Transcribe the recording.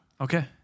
Okay